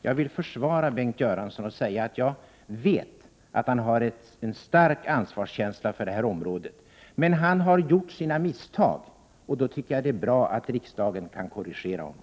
Jag vill försvara Bengt Göransson och säga att jag vet att han har en stark ansvarskänsla för det här området. Men han har gjort sina misstag, och då tycker jag att det är bra att riksdagen kan korrigera honom.